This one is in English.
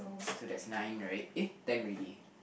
so that's nine right eh ten already